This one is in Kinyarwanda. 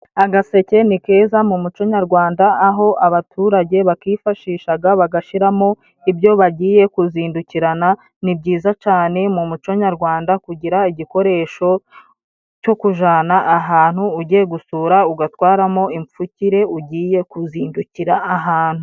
Agaseke ni keza mu muco nyarwanda aho abaturage bakifashishaga bagashiramo ibyo bagiye kuzindukirana. Ni byiza cane mu muco nyarwanda kugira igikoresho cyo kujana ahantu ugiye gusura, ugatwaramo imfukire ugiye kuzindukira ahantu.